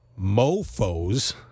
Mofos